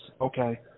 okay